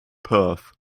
perth